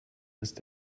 ist